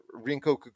Rinko